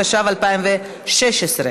התשע"ו 2015,